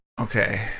Okay